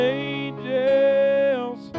angels